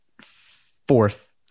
Fourth